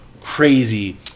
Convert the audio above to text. crazy